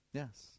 Yes